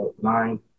nine